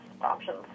options